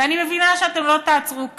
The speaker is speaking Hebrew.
אני מבינה שאתם לא תעצרו כאן,